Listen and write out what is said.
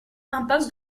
impasse